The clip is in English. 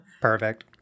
Perfect